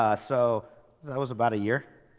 ah so that was about a year.